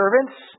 servants